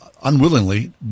unwillingly